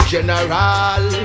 General